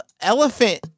elephant